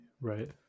Right